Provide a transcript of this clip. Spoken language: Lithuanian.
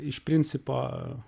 iš principo